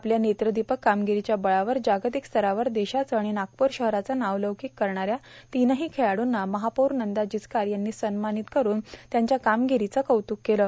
आपल्या नेत्रदिपक कामगिरीच्या बळावर जागतिक स्तरावर देशाचं आणि नागप्र शहराचं नाव लौकीक करणाऱ्या तिन्ही खेळाडूंना महापौर नंदा जिचकार यांनी सन्मानित करून त्यांच्या कामगिरीचं कौतूक केलं